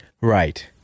right